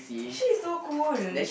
she is so cool